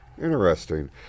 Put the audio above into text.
Interesting